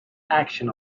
action